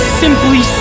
simply